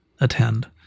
attend